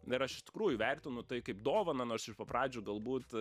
na ir aš iš tikrųjų vertinu tai kaip dovaną nors iš po pradžių galbūt